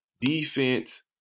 defense